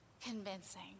Convincing